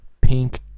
pink